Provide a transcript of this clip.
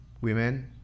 Women